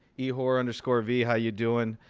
ehore and ehore v, how you doing?